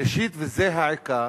שלישית, וזה העיקר,